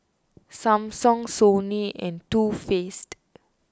Samsung Sony and Too Faced